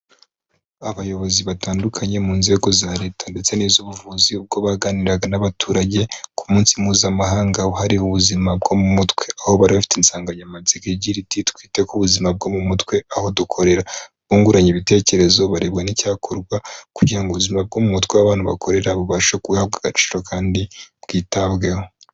Abayobozi batandukanye mu nzego za Leta ndetse n'iz'ubuvuzi ubwo baganiraga n'abaturage ku munsi mpuzamahanga wahariwe ubuzima bwo mu mutwe, aho bari bafite insanganyamatsiko igira iti: "twite ku buzima bwo mu mutwe aho dukorera". Bunguranye ibitekerezo bareba n'icyakorwa kugira ngo ubuzima bw'umutwe aho abantu bakorera bubashe guhabwa agaciro kandi bwitabweho.